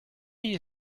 you